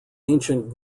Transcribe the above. ancient